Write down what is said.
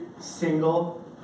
single